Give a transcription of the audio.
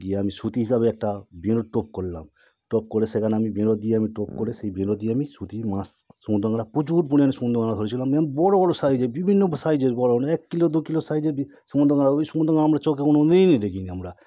গিয়ে আমি সুতি হিসাবে একটা বিনোর টোপ করলাম টোপ করে সেখানে আমি বিনো দিয়ে আমি টোপ করে সেই বিলো দিয়ে আমি সুতির মাছ সমুদ্রে প্রচুর পরিমাণে সমুদ্রের মাচ ধরেছিলাম আমি আমি বড়ো বড়ো সাইজের বিভিন্ন সাইজের বড়ো বড়ো এক কিলো দু কিলো সাইজের বি সমুদ্রের মাছ সমুদ্রের মাদ্রে আমরা চোখে কোনো দিনই দেখিনি আমরা